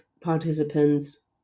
participants